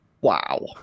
wow